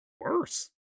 worse